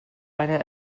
eine